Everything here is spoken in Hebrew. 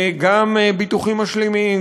גם ביטוחים משלימים,